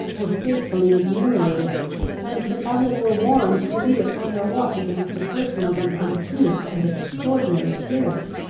were faithfully enumerated and the public were warned to be upon their watch against a person of an uncouth and extraordinary appearance,